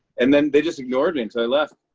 and then they just ignored me until i left.